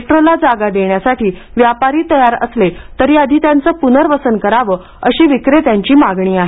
मेट्रोला जागा देण्यासाठी व्यापारी तयार असले तरी आधी त्यांचे पुनर्वसन करावे अशी विक्रेत्यांची मागणी आहे